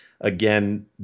Again